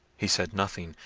he said nothing,